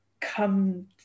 come